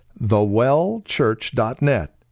thewellchurch.net